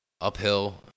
Uphill